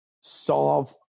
solve